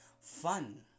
fun